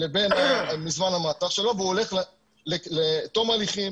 לבין זמן המעצר שלו והוא הולך לתום הליכים.